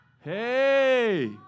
Hey